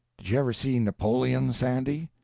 you ever see napoleon, sandy?